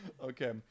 Okay